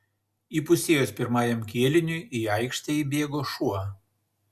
įpusėjus pirmajam kėliniui į aikštę įbėgo šuo